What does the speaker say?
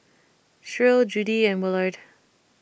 Shirl Judy and Willard